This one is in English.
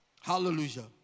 Hallelujah